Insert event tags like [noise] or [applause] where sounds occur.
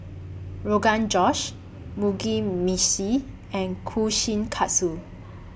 [noise] Rogan Josh Mugi Meshi and Kushikatsu